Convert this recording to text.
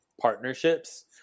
partnerships